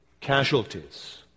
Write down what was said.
casualties